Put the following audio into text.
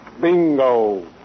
Bingo